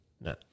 No